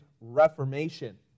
Reformation